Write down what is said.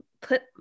put